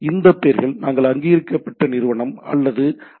இந்த பெயர்கள் நாங்கள் அங்கீகரிக்கப்பட்ட நிறுவனம் அல்லது ஐ